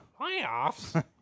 playoffs